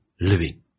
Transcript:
Living